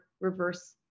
reverse